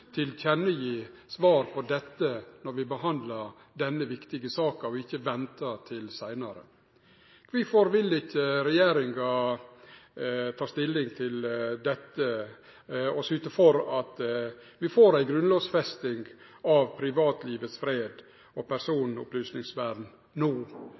svar på dette når vi behandlar denne viktige saka, og ikkje ventar til seinare. Kvifor vil ikkje regjeringa ta stilling til dette og syte for at vi får ei grunnlovfesting av privatlivets fred og personopplysningvern no?